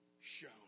shown